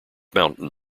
mountain